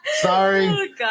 Sorry